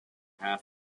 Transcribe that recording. half